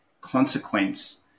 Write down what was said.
consequence